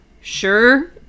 sure